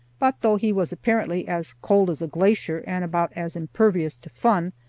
but though he was apparently as cold as a glacier and about as impervious to fun,